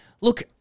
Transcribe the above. Look